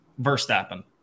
Verstappen